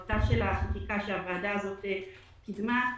בעזרת החקיקה שהוועדה הזאת קידמה,